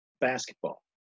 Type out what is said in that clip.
basketball